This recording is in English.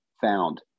found